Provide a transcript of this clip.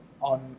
on